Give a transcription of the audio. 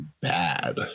bad